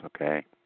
okay